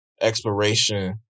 exploration